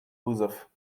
вызов